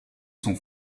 son